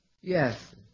Yes